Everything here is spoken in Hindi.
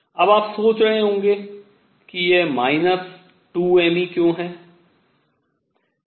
अब आप सोच रहे होंगे कि यह माइनस 2 m E क्यों है